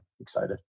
Excited